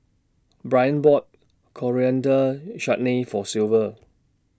Brion bought Coriander Chutney For Silver